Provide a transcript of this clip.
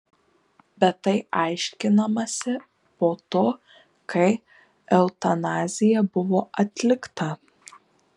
bet tai aiškinamasi po to kai eutanazija buvo atlikta